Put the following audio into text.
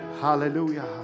hallelujah